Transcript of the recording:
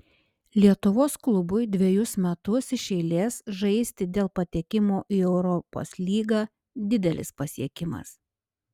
lietuvos klubui dvejus metus iš eilės žaisti dėl patekimo į europos lygą didelis pasiekimas